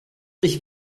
ich